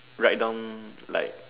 write down like